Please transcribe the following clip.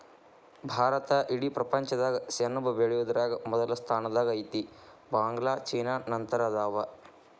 ಭಾರತಾ ಇಡೇ ಪ್ರಪಂಚದಾಗ ಸೆಣಬ ಬೆಳಿಯುದರಾಗ ಮೊದಲ ಸ್ಥಾನದಾಗ ಐತಿ, ಬಾಂಗ್ಲಾ ಚೇನಾ ನಂತರ ಅದಾವ